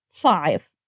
Five